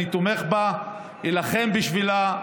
אילחם בשבילה,